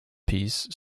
piece